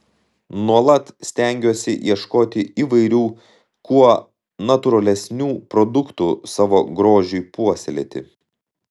nuolat stengiuosi ieškoti įvairių kuo natūralesnių produktų savo grožiui puoselėti